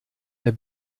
wer